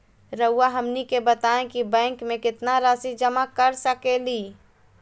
रहुआ हमनी के बताएं कि बैंक में कितना रासि जमा कर सके ली?